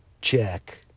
check